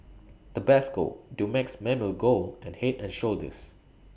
Tabasco Dumex Mamil Gold and Head and Shoulders